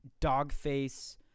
dogface